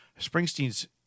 Springsteen's